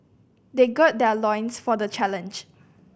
they gird their loins for the challenge